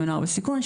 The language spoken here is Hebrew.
--- לנוער בסיכון,